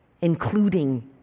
including